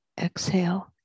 exhale